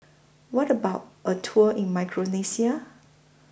What about A Tour in Micronesia